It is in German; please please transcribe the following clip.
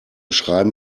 schreiben